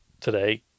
today